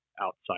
outside